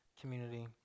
community